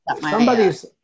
somebody's